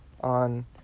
on